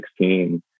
2016